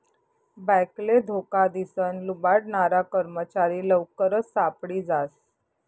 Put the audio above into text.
बॅकले धोका दिसन लुबाडनारा कर्मचारी लवकरच सापडी जास